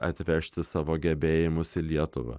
atvežti savo gebėjimus į lietuvą